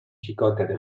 xicotet